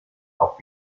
auf